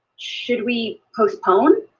should we postpone?